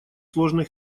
сложный